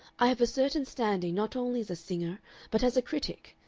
i have a certain standing not only as a singer but as a critic,